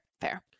Fair